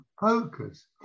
focus